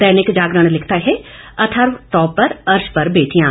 दैनिक जागरण लिखता है अथर्व टॉप पर अर्श पर बेटियां